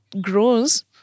grows